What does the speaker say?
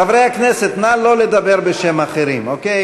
חברי הכנסת, נא לא לדבר בשם אחרים, אוקיי.